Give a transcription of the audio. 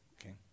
Okay